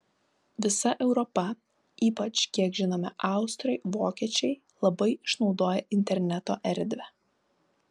visa europa ypač kiek žinome austrai vokiečiai labai išnaudoja interneto erdvę